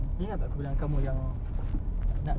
putter pun dah sangkut kway teow dia sedap bhai